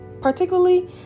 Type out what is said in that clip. particularly